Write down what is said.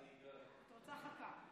את רוצה חכה.